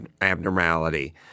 abnormality